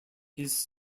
his